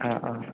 অঁ অঁ